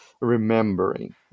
remembering